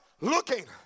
looking